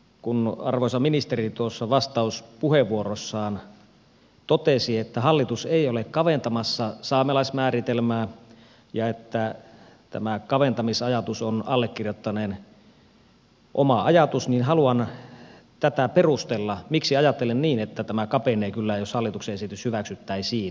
kun arvoisa ministeri tuossa vastauspuheenvuorossaan totesi että hallitus ei ole kaventamassa saamelaismääritelmää ja että tämä kaventamisajatus on allekirjoittaneen oma ajatus niin haluan tätä perustella miksi ajattelen niin että tämä kapenee kyllä jos hallituksen esitys hyväksyttäisiin